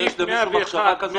אם יש למישהו מחשבה כזו הוא טועה.